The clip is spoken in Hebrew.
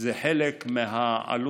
זה חלק מהעלות,